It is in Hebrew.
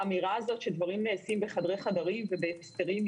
האמירה הזאת שדברים נעשים בחדרי חדרים ובהסתרים,